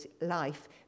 life